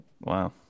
Wow